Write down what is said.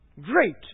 Great